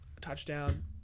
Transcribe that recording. touchdown